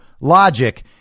logic